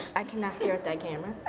i cannot stare at that camera